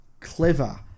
clever